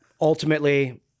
ultimately